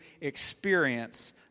experience